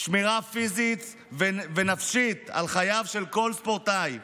שמירה פיזית ונפשית על חייו של כל ספורטאי,